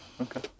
Okay